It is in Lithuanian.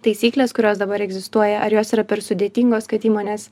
taisyklės kurios dabar egzistuoja ar jos yra per sudėtingos kad įmonės